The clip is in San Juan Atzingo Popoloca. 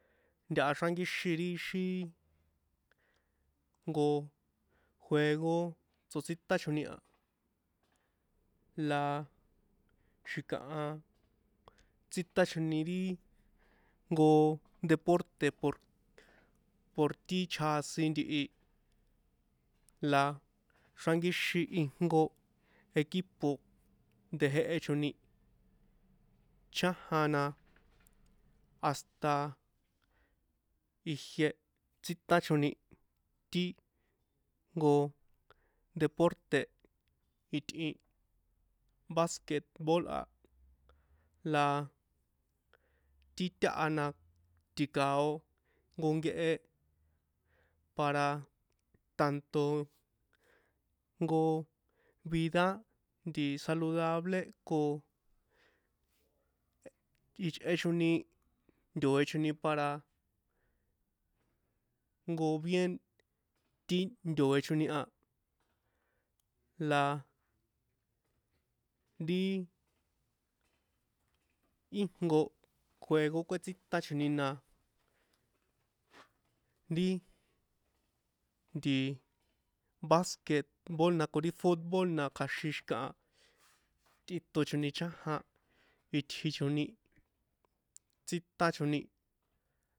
Ntaha ri xránkíxin ixi ri jnko juego tsotsítachoni a la xi̱kaha tsítachoni ri jnko deporte por por ti chjasin ntihi la xrankíxin ijnko ewuipo de jehechoni chájan na hasta ijie tsítachoni ti jnko deporte̱ itꞌin basket bol a la ti taha na ti̱kao jnko nkehe para tanto jnko vida saludable ko iochꞌechoni ntoe̱choni para jnko bien ti ntoe̱choni a la ri íjnko juego kuétsichoni na ri nti basket bol na ko ri fut bol na kja̱xin xi̱kaha tꞌitonchoni chájan itjichoni tsítachoni